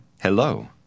Hello